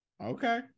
Okay